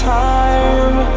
time